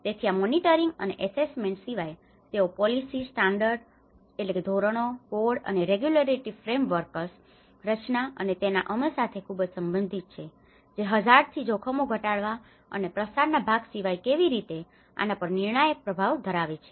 તેથી આ monitoring monitoring દેખરેખ અને ઍસેસમેન્ટ assesment આકારણીઓ સિવાય તેઓ પોલિસી policy નીતિઓ સ્ટાન્ડર્ડસ standards ધોરણો કોડ code કોડ અને રેગ્યુલેટરી ફ્રેમ વર્કસregulatory frameworks નિયમનકારી માળખાની રચના અને તેના અમલ સાથે ખૂબજ સંબંધિત છે જે હઝાર્ડથી જોખમો ઘટાડવા અને પ્રસારના ભાગ સિવાય કેવી રીતે આના પર નિર્ણાયક પ્રભાવ ધરાવે છે